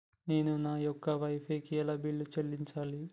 నేను నా యొక్క వై ఫై కి ఎలా బిల్లు చెల్లించాలి?